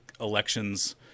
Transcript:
elections